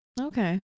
Okay